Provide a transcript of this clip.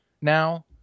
now